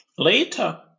Later